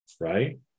right